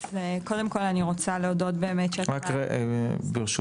קודם כל אני רוצה להודות --- רק רגע ברשותך,